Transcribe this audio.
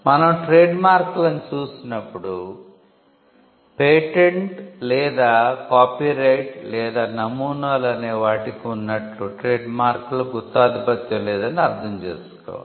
మనం ట్రేడ్మార్క్లను చూసినప్పుడు పేటెంట్లు లేదా కాపీరైట్ లేదా నమూనాలు అనే వాటికి ఉన్నట్లు ట్రేడ్మార్క్లకు గుత్తాధిపత్యం లేదని మనం అర్థం చేసుకోవాలి